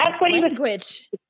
Language